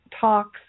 talks